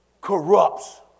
corrupts